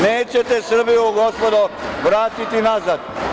Nećete Srbiju, gospodo, vratiti nazad.